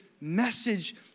message